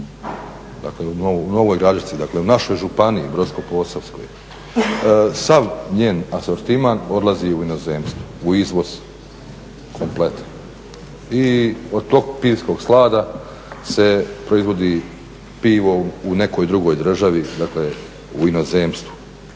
dakle u našoj županiji Brodsko-posavskoj. Sav njen asortiman odlazi u inozemstvo, u izvoz komplet i od tog pivskog slada se proizvodi pivo u nekoj drugoj državi, dakle u inozemstvo